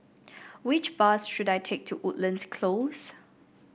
which bus should I take to Woodlands Close